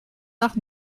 nach